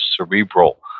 cerebral